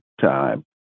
time